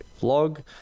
vlog